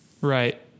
Right